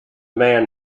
man